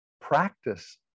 practice